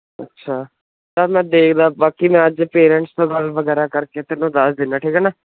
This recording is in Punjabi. ਅੱਛਾ ਚੱਲ ਮੈਂ ਦੇਖਦਾ ਬਾਕੀ ਮੈਂ ਅੱਜ ਪੇਰੈਂਟਸ ਤੋਂ ਬਾਅਦ ਵਗੈਰਾ ਕਰਕੇ ਤੈਨੂੰ ਦੱਸ ਦਿੰਦਾ ਠੀਕ ਹੈ ਨਾ